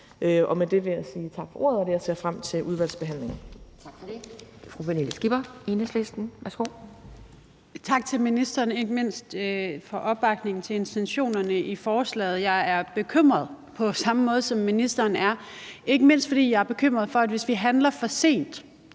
Med det vil jeg sige tak for ordet, og at jeg ser frem til udvalgsbehandlingen. Kl. 12:17 Anden næstformand (Pia Kjærsgaard): Tak for det. Fru Pernille Skipper, Enhedslisten. Værsgo. Kl. 12:17 Pernille Skipper (EL): Tak til ministeren, ikke mindst for opbakningen til intentionerne i forslaget. Jeg er bekymret på samme måde, som ministeren er, ikke mindst fordi jeg er bekymret for, at der, hvis vi handler for sent,